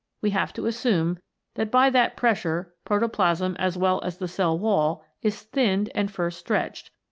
we have to assume that by that pressure protoplasm as well as the cell wall is thinned and first stretched,